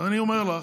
ואני אומר לך,